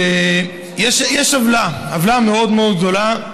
יש עוולה, עוולה מאוד מאוד גדולה,